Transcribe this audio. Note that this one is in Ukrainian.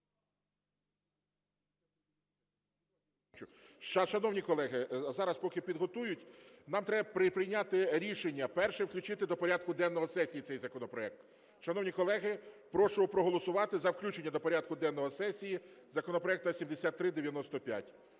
Шановні колеги, зараз поки підготують, нам треба прийняти рішення, перше: включити до порядку денного сесії цей законопроект. Шановні колеги, прошу проголосувати за включення до порядку денного сесії законопроект 7395.